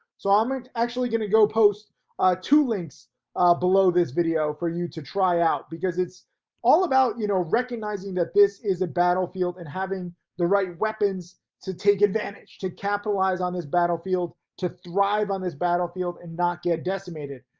so i'm and actually gonna go post two links below this video for you to try out, because it's all about, you know, recognizing that this is a battlefield and having the right weapons to take advantage to capitalize on this battlefield, to thrive on this battlefield and not get decimated.